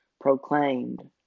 proclaimed